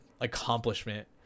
accomplishment